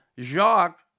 Jacques